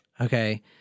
Okay